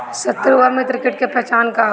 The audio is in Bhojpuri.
सत्रु व मित्र कीट के पहचान का होला?